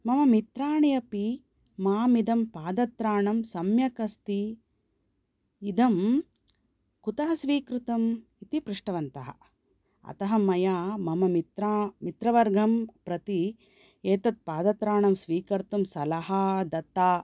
मम मित्राणि अपि माम् इदं पादत्राणं सम्यक् अस्ति इदं कुतः स्वीकृतम् इति पृष्टवन्तः अतः मया मम मित्रवर्गं प्रति एतत् पादत्राणं स्वीकर्तुं सलहा दत्ता